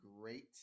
great